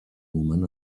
woman